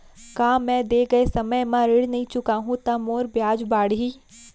का मैं दे गए समय म ऋण नई चुकाहूँ त मोर ब्याज बाड़ही?